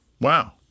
Wow